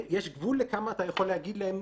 יש גבול כמה אתה יכול להגיד להם: